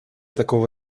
такого